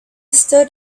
stood